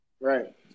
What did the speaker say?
Right